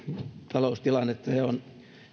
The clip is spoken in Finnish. taloustilannetta ja on